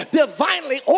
divinely